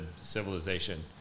civilization